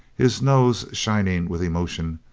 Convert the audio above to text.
his nose shining with emotion,